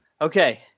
Okay